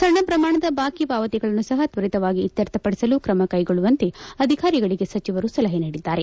ಸಣ್ಣ ಪ್ರಮಾಣದ ಬಾಕಿ ಪಾವತಿಗಳನ್ನು ಸಹ ತ್ವರಿತವಾಗಿ ಇತ್ವರ್ಥ ಪಡಿಸಲು ಕ್ರಮ ಕೈಗೊಳ್ಳುವಂತೆ ಅಧಿಕಾರಿಗಳಿಗೆ ಸಚಿವರು ಸಲಹೆ ನೀಡಿದ್ದಾರೆ